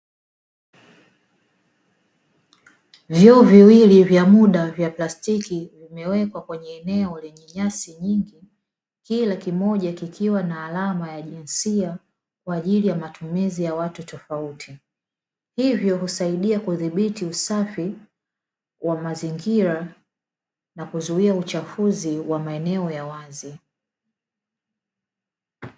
Vyoo viwili vya muda vya plastiki vimewekwa kwenye eneo lenye nyasi nyingi, kila kimoja kikiwa na alama ya jinsia, kwa ajili ya matumizi ya watu tofauti, hivyo husaidia kudhibiti usafi wa mazingira na kuzuia uchafuzi wa maeneo ya wazi.